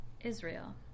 Israel